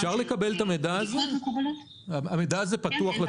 אפשר לקבל את המידע הזה?